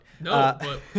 No